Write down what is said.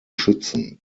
schützen